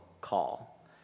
call